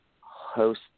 host